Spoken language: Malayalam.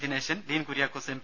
ദിനേശൻ ഡീൻ കുര്യാക്കോസ് എം